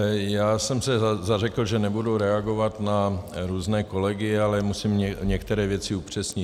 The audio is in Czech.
Já jsem se zařekl, že nebudu reagovat na různé kolegy, ale musím některé věci upřesnit.